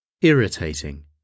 irritating